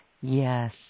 Yes